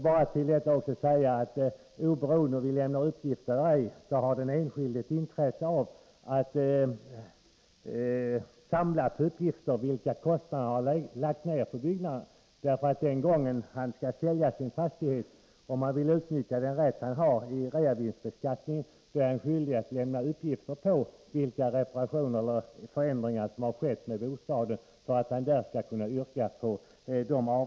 Jag vill också betona att oberoende av om uppgifter lämnas eller ej har den enskilde intresse av att samla uppgifter om vilka kostnader han lagt ner på byggnaden. Om man, den gång fastigheten säljs, vill utnyttja den avdragsrätt som reavinstbeskattningen ger — den kan ge ett ganska stort värde — är man skyldig att lämna uppgifter om vilka reparationer eller förändringar som har skett med bostaden.